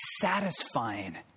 satisfying